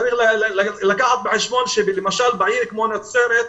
צריך לקחת בחשבון שלמשל בעיר כמו נצרת,